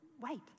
Wait